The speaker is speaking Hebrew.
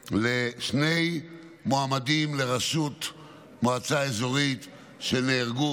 לשני מועמדים לראשות מועצה אזורית שנהרגו.